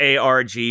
ARG